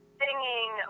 singing